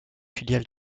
filiale